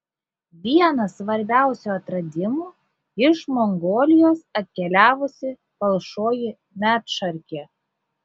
vienas svarbiausių atradimų iš mongolijos atkeliavusi palšoji medšarkė